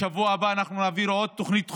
בשבוע הבא אנחנו נעביר עוד תוכנית חומש,